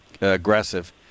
aggressive